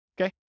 Okay